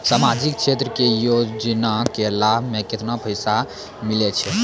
समाजिक क्षेत्र के योजना के लाभ मे केतना पैसा मिलै छै?